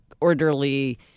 orderly